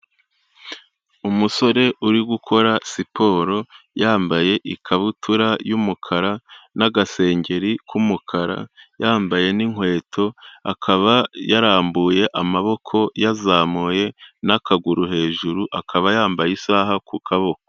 Umusore uri gukora siporo yambaye ikabutura y'umukara n'agasengeri k'umukara, yambaye n'inkweto akaba yarambuye amaboko yazamuye n'akaguru hejuru akaba yambaye isaha ku kaboko.